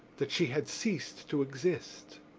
that she had ceased to exist,